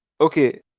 okay